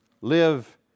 Live